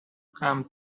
come